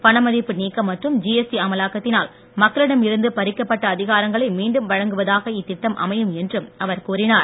பணமதிப்பு நீக்கம் மற்றும் ஜிஎஸ்டி அமலாக்கத்தினால் மக்களிடமிருந்து பறிக்கப் பட்ட அதிகாரங்களை மீண்டும் வழங்குவதாக இத்திட்டம் அமையும் என்றும் அவர் கூறினார்